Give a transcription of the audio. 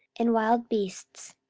and wild beasts,